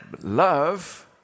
Love